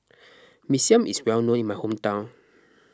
Mee Siam is well known in my hometown